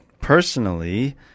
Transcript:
personally